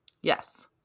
Yes